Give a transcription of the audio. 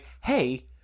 hey